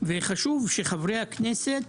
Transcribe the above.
וחשוב שחברי הכנסת,